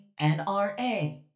NRA